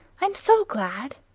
i'm so glad!